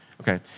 okay